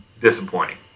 Disappointing